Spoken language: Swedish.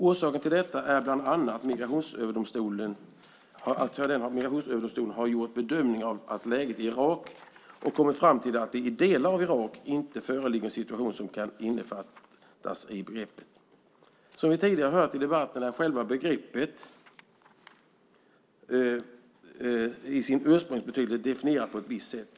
Orsaken till detta är bland annat att Migrationsöverdomstolen har gjort bedömningar av läget i Irak och kommit fram till att det i delar av Irak inte föreligger en situation som kan innefattas i begreppet. Som vi tidigare har hört i debatten är själva begreppet i sin ursprungsbetydelse definierat på ett visst sätt.